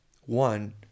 one